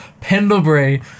Pendlebury